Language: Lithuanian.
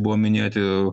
buvo minėti